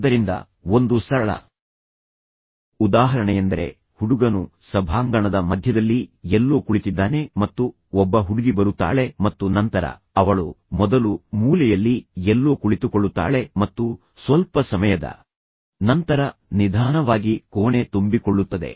ಆದ್ದರಿಂದ ಒಂದು ಸರಳ ಉದಾಹರಣೆಯೆಂದರೆ ಹುಡುಗನು ಸಭಾಂಗಣದ ಮಧ್ಯದಲ್ಲಿ ಎಲ್ಲೋ ಕುಳಿತಿದ್ದಾನೆ ಮತ್ತು ಒಬ್ಬ ಹುಡುಗಿ ಬರುತ್ತಾಳೆ ಮತ್ತು ನಂತರ ಅವಳು ಮೊದಲು ಮೂಲೆಯಲ್ಲಿ ಎಲ್ಲೋ ಕುಳಿತುಕೊಳ್ಳುತ್ತಾಳೆ ಮತ್ತು ಸ್ವಲ್ಪ ಸಮಯದ ನಂತರ ನಿಧಾನವಾಗಿ ಕೋಣೆ ತುಂಬಿಕೊಳ್ಳುತ್ತದೆ